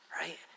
right